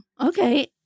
Okay